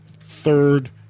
third